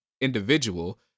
individual